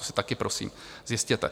To si taky prosím zjistěte.